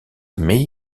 mais